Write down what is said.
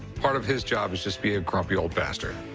part of his job is just be a grumpy old bastard.